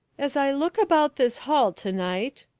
as i look about this hall to-night,